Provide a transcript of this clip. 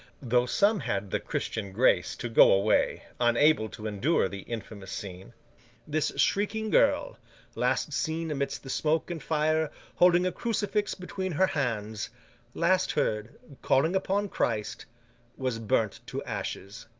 though some had the christian grace to go away, unable to endure the infamous scene this shrieking girl last seen amidst the smoke and fire, holding a crucifix between her hands last heard, calling upon christ was burnt to ashes.